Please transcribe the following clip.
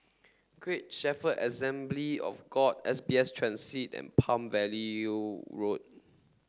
great Shepherd Assembly of God S B S Transit and Palm Valley Road